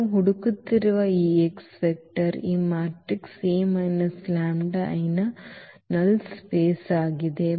ನಾವು ಹುಡುಕುತ್ತಿರುವ ಈ x ವೆಕ್ಟರ್ ಈ ಮ್ಯಾಟ್ರಿಕ್ಸ್ A λI ನ ಶೂನ್ಯ ಜಾಗದಲ್ಲಿದೆ